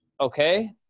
okay